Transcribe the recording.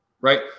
right